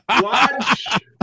Watch